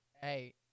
Hey